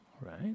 right